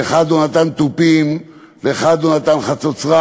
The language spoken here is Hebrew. לאחד הוא נתן תופים, לאחד הוא נתן חצוצרה,